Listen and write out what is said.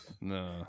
no